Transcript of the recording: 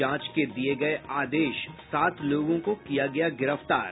जांच के दिये गये आदेश सात लोगों को किया गया गिरफ्तार